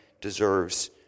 deserves